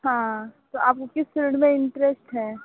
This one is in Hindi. हाँ तो आपको किस फील्ड में इंटरेस्ट है